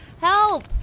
Help